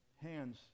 hands